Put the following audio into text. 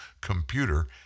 computer